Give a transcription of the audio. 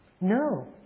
No